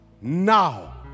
now